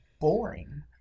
boring